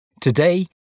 Today